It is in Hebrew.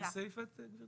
באיזה סעיף את גברתי?